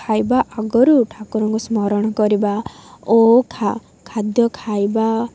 ଖାଇବା ଆଗରୁ ଠାକୁରଙ୍କୁ ସ୍ମରଣ କରିବା ଓ ଖାଦ୍ୟ ଖାଇବା